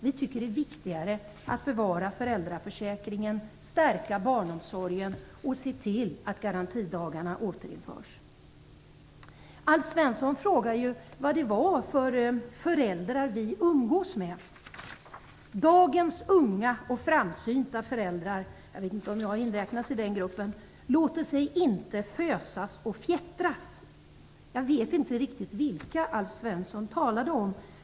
Vi tycker att det är viktigare att bevara föräldraförsäkringen, stärka barnomsorgen och se till att garantidagarna återinförs. Alf Svensson frågade vad för slags föräldrar vi umgås med. Dagens unga och framsynta föräldrar - jag vet inte om jag inräknas i den gruppen - låter sig inte fösas och fjättras, sade han. Jag vet inte riktigt vilka han talade om.